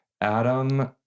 Adam